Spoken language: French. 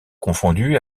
confondue